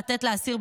לתת לאסיר,